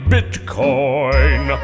Bitcoin